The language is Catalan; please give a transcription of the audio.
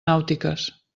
nàutiques